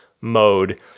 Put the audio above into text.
mode